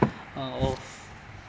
uh of